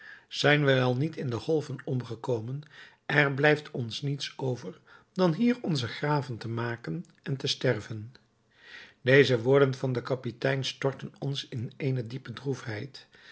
zijn wij al niet in de golven omgekomen er blijft ons niets over dan hier onze graven te maken en te sterven deze woorden van den kapitein stortten ons in eene diepe droefheid